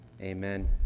amen